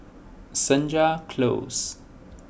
Senja Close